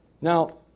Now